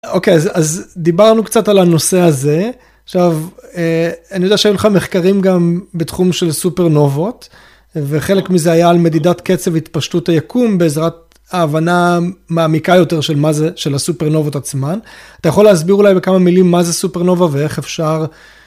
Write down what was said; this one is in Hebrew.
אוקיי, אז דיברנו קצת על הנושא הזה. עכשיו, אני יודע שהיו לך מחקרים גם בתחום של סופרנובות, וחלק מזה היה על מדידת קצב התפשטות היקום, בעזרת ההבנה המעמיקה יותר של מה זה, של הסופרנובות עצמן. אתה יכול להסביר אולי בכמה מילים מה זה סופרנובה ואיך אפשר...